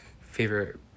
favorite